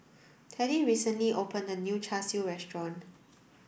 Teddie recently opened a new Char Siu restaurant